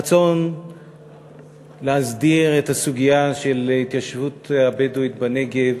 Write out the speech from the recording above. הרצון להסדיר את הסוגיה של התיישבות הבדואית בנגב